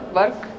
work